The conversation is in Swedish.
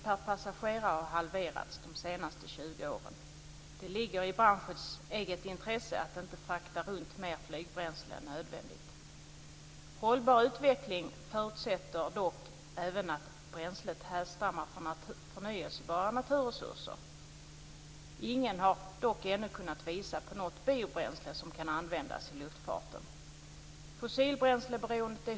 För oss moderater, som värnar om konkurrensen, är det viktigt att få en privat flygplats som kan konkurrera.